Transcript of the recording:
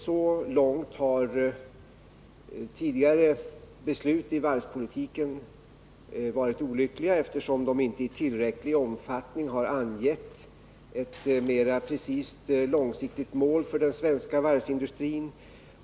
Så långt har tidigare beslut i varvspolitiken varit olyckliga, eftersom de inte i tillräcklig omfattning har angett ett mera precist långsiktigt mål för den svenska varvsindustrin.